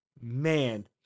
man